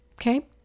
Okay